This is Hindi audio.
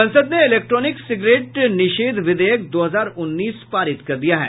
संसद ने इलेक्ट्रानिक सिगरेट निषेध विधेयक दो हजार उन्नीस पारित कर दिया है